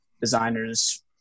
designers